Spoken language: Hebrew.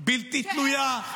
בלתי תלויה.